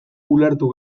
ulertu